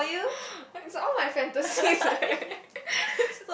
is all my fantasies eh